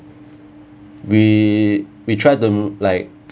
we we tried to like